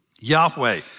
Yahweh